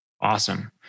Awesome